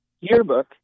yearbook